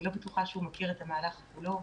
אני לא בטוחה שהוא מכיר את המהלך כולו.